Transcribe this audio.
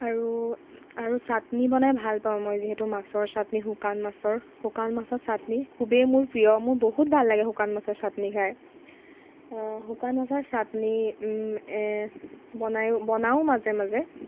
আৰু আৰু চাটনি বনাই ভাল পাওঁ মই যিহেতু মাছৰ চাটনি শুকান মাছৰ শুকান মাছৰ চাটনি খুবেই মোৰ প্ৰিয় মোৰ বহুত ভাল লাগে শুকান মাছৰ চাটনি খাই শুকান মাছৰ চাটনি এ বনায়ো বনাওঁ মাজে মাজে